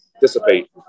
dissipate